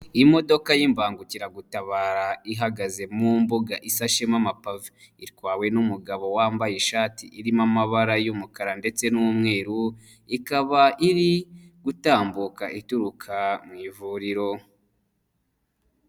Imodoka y'imbangukiragutabara ihagaze mu mbuga isashema amapave. Itwawe n'umugabo wambaye ishati irimo amabara y'umukara ndetse n'umweru. Ikaba iri gutambuka ituruka mu ivuriro.